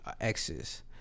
exes